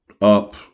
up